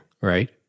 right